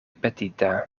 petita